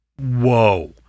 whoa